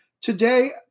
Today